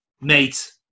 mate